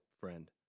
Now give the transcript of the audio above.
friend